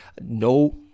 No